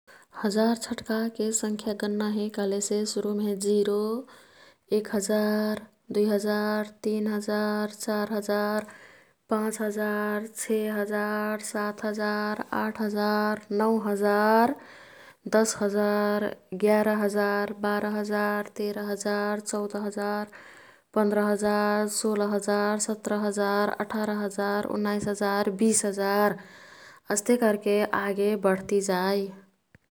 एक हजार छट्काके संख्या गन्ना हे कह्लेसे सुरुमे हे जिरो, एक हजार, दुई हजार, तिन हजार, चार हजार, पाँच हजार, छे हजार, सात हजार, आठ हजार, नौं हजार, दस हजार, गेरा हजार, बारा हजार, तेरा हजार, चौदा हजार, पन्द्रा हजार, सोह्रा हजार, सत्र हजार, अठारा हजार, उन्नाईस हजार, बिस हजार अस्ते कर्के आगे बढ्ती जाई।